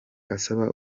asaba